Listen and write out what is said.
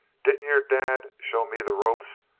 didn't your dad show me the ropes?